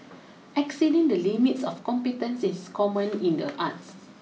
exceeding the limits of competence is common in the arts